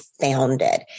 founded